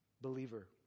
Believer